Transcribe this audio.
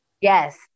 Yes